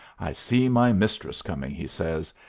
i see my mistress coming, he says,